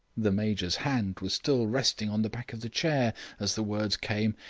the major's hand was still resting on the back of the chair as the words came.